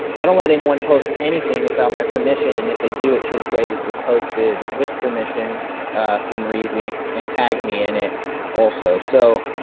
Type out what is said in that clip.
i don't let anyone post anything without my permission. and if they do, it should say this was posted with permission from reezy and tag me in it also so.